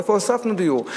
איפה הוספנו דיור?